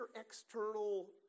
external